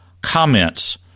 comments